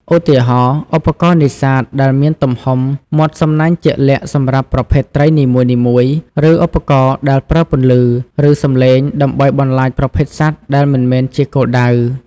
ឧទាហរណ៍ ឧបករណ៍នេសាទដែលមានទំហំមាត់សំណាញ់ជាក់លាក់សម្រាប់ប្រភេទត្រីនីមួយៗ ឬឧបករណ៍ដែលប្រើពន្លឺ ឬសំឡេងដើម្បីបន្លាចប្រភេទសត្វដែលមិនមែនជាគោលដៅ។